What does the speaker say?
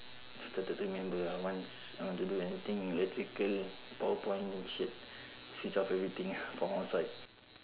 after that remember ah once I want to do anything electrical power point shit switch off everything from outside